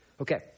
okay